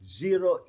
zero